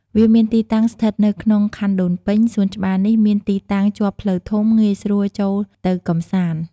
វាមានទីតាំងស្ថិតនៅក្នុងខណ្ឌដូនពេញ សួនច្បារនេះមានទីតាំងជាប់ផ្លូវធំ ងាយស្រួលចូលទៅកម្សាន្ត។